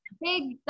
big